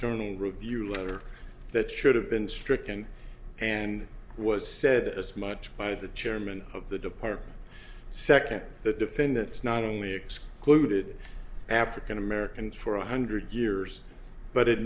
l review letter that should have been stricken and was said as much by the chairman of the department second the defendants not only excluded african americans for one hundred years but it